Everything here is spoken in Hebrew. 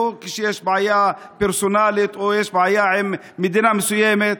לא כשיש בעיה פרסונלית או כשיש בעיה עם מדינה מסוימת,